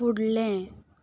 फुडलें